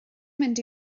mynd